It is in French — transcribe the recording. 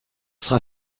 sera